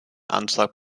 antrag